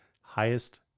highest